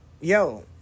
yo